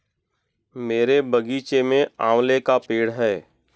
मेरे बगीचे में आंवले का पेड़ है